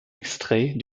extrait